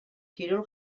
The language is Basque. kirol